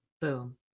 boom